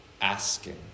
Asking